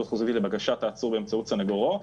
חזותית לבקשת העצור באמצעות סנגורו,